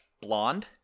blonde